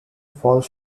falls